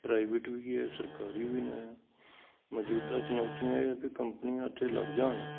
private ਵੀ ਹੈ ਸਰਕਾਰੀ ਵੀ ਨੇ ਮੌਜੂਦਾ ਚੁਣੌਤੀਆਂ ਇਹ ਹੈ ਵੀ ਕੰਪਨੀਆਂ ਉਥੇ ਲੱਗ ਜਾਣ